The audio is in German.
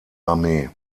armee